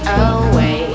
away